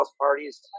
parties